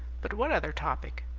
but what other topic?